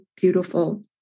Beautiful